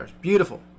Beautiful